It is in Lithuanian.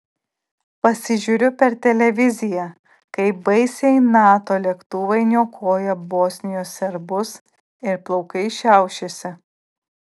pasižiūriu per televiziją kaip baisiai nato lėktuvai niokoja bosnijos serbus ir plaukai šiaušiasi